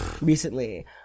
recently